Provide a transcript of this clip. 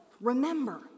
remember